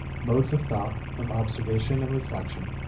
modes of thought, of observation and reflection,